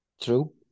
True